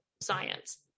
science